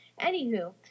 anywho